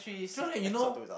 so like you know